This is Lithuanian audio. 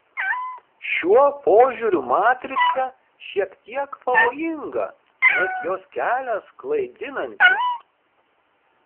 šiuo požiūriu matrica šiek tiek pavojinga nes jos kelias klaidinantis